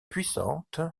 puissante